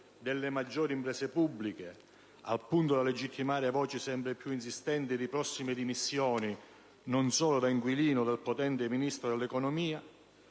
delle maggiori imprese pubbliche, al punto da legittimare voci sempre più insistenti di prossime dimissioni - non solo da inquilino - del potente Ministro dell'economia,